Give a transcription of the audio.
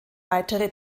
weitere